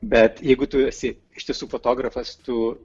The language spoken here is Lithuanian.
bet jeigu tu esi iš tiesų fotografas tu